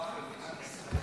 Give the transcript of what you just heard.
חברת הכנסת שטרית,